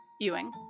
Ewing